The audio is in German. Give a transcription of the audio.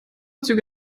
züge